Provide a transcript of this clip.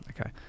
Okay